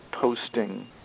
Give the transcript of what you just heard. posting